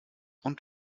und